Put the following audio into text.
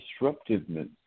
disruptiveness